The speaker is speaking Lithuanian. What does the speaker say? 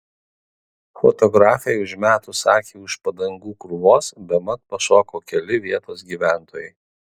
fotografei užmetus akį už padangų krūvos bemat pašoko keli vietos gyventojai